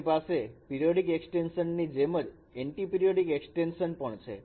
આપણી પાસે periodic extension ની જેમ જ એન્ટીપિરીયોડીક એક્સ્ટેંશન પણ છે